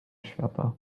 świata